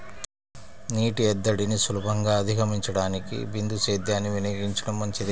నీటి ఎద్దడిని సులభంగా అధిగమించడానికి బిందు సేద్యాన్ని వినియోగించడం మంచిది